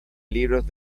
libros